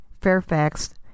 Fairfax